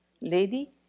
lady